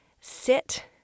sit